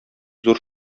зур